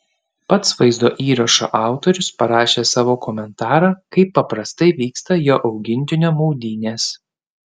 pats vaizdo įrašo autorius parašė savo komentarą kaip paprastai vyksta jo augintinio maudynės